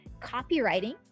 copywriting